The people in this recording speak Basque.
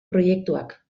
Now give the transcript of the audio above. proiektuak